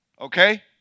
Okay